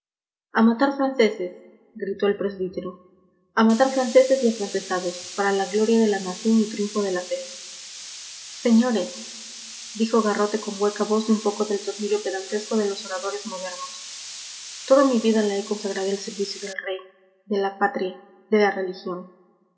a matar franceses gritó el presbítero a matar franceses y afrancesados para gloria de la nación y triunfo de la fe señores dijo garrote con hueca voz y un poco del tonillo pedantesco de los oradores modernos toda mi vida la he consagrado al servicio del rey de la patria de la religión